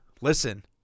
listen